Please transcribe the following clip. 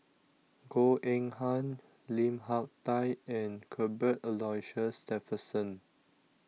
Goh Eng Han Lim Hak Tai and Cuthbert Aloysius Shepherdson